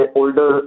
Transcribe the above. older